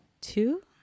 two